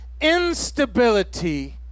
instability